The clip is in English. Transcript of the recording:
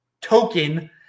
token